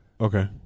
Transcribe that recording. Okay